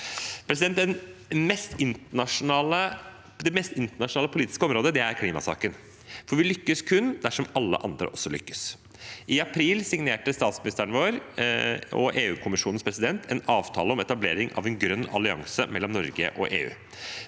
Det mest internasjonale politiske området er klimasaken, og vi lykkes kun dersom alle andre også lykkes. I april signerte statsministeren vår og EU-kommisjonens president en avtale om etablering av en grønn allianse mellom Norge og EU.